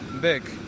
big